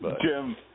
Jim